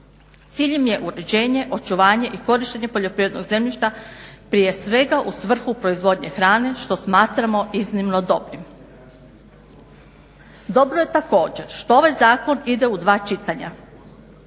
Cilj im je uređenje, očuvanje i korištenje poljoprivrednog zemljišta prije svega u svrhu proizvodnje hrane što smatramo iznimno dobrim. Dobro je također što ovaj zakon ide u dva čitanja